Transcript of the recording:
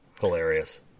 Hilarious